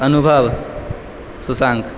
अनुभव सुशांत